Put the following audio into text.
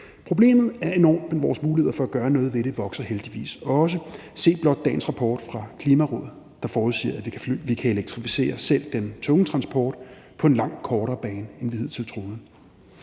Problemet er enormt, men vores muligheder for at gøre noget ved det vokser heldigvis også. Se blot dagens rapport fra Klimarådet, der forudsiger, at vi kan elektrificere selv den tunge transport på den langt kortere bane, end vi hidtil troede.